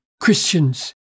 Christians